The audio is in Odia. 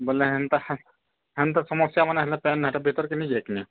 ବୋଲେ ହେନ୍ତା ହେନ୍ ତ ସମସ୍ୟାମାନେ ହେଲେ ଫେନ୍ ନ ହେଟା ବେତର୍କେ ନେଇ ଯାଇଥିମି